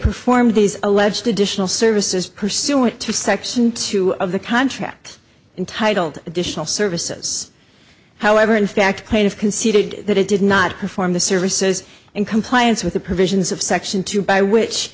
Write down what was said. performed these alleged additional services pursuant to section two of the contract entitled additional services however in fact plaintiff conceded that it did not perform the services in compliance with the provisions of section two by which